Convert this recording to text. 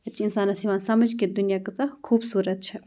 پَتہٕ چھِ اِنسانَس یِوان سمٕجھ کہِ دُنیا کۭژاہ خوٗبصوٗرت چھِ